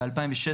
ב-2016,